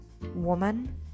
woman